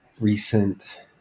recent